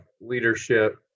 leadership